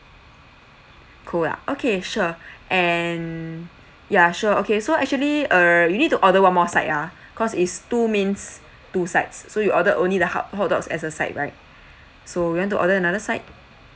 cold ah okay sure and ya sure okay so actually err you need to order one more side ah cause it's two mains two sides so you ordered only the hot hot dogs as a side right so you want to order another side